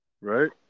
right